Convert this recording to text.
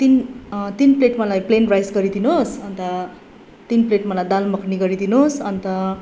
तिन तिन प्लेट मलाई प्लेन राइस गरिदिनु होस् अन्त तिन प्लेट मलाई दाल मखनी गरिदिनु होस् अन्त